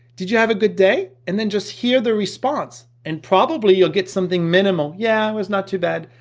did you have a good day? and then just here the response and probably you'll get something minimal. yeah it was not too bad,